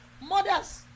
Mothers